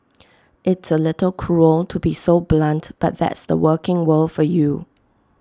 it's A little cruel to be so blunt but that's the working world for you